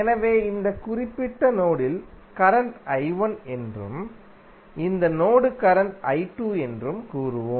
எனவே இந்த குறிப்பிட்ட நோடில் கரண்ட் I 1 என்றும் இந்த நோடு கரண்ட் I 2 என்றும் கூறுவோம்